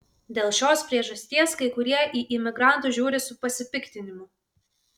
dėl šios priežasties kai kurie į imigrantus žiūri su pasipiktinimu